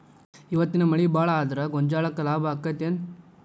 ಇವತ್ತಿನ ಮಳಿ ಭಾಳ ಆದರ ಗೊಂಜಾಳಕ್ಕ ಲಾಭ ಆಕ್ಕೆತಿ ಏನ್?